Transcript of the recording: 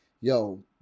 yo